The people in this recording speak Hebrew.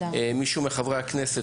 מישהו מחברי הכנסת?